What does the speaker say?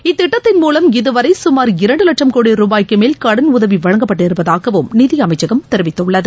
இத்திட்டத்தின் மூலம் இதுவரை சுமார் இரண்டு வட்சம் கோடி ரூபாய்க்கு மேல் கடன் உதவி வழங்கப்பட்டிருப்பதாகவும் நிதி அமைச்சகம் தெரிவித்துள்ளது